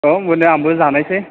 औ मोनो आंबो जानायसै